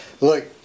look